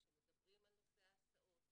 כשמדברים על נושא ההסעות,